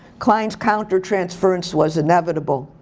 klein's counter transference was inevitable.